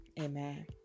amen